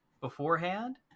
beforehand